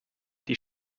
die